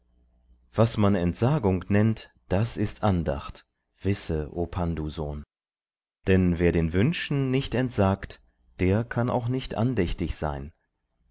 was man entsagung nennt das ist andacht wisse o pndu sohn denn wer den wünschen nicht entsagt der kann auch nicht andächtig sein